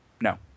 No